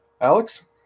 Alex